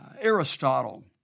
Aristotle